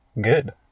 good